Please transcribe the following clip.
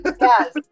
Yes